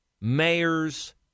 mayors